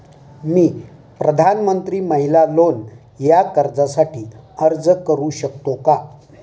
मी प्रधानमंत्री महिला लोन या कर्जासाठी अर्ज करू शकतो का?